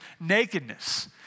nakedness